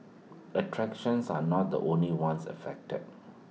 attractions are not the only ones affected